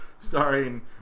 starring